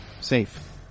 safe